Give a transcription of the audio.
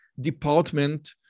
department